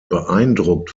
beeindruckt